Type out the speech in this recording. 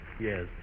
Yes